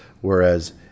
whereas